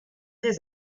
des